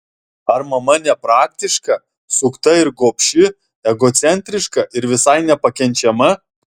ar mama nepraktiška sukta ir gobši egocentriška ir visai nepakenčiama